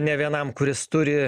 ne vienam kuris turi